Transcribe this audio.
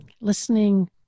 Listening